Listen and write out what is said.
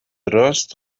راست